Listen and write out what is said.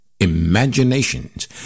Imaginations